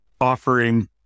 offering